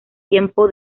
tiempo